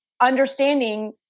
understanding